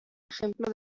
ejemplo